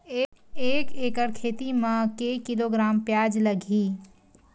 एक एकड़ खेती म के किलोग्राम प्याज लग ही?